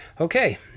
okay